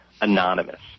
anonymous